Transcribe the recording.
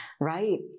Right